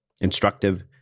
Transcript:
instructive